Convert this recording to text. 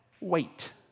wait